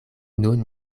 nun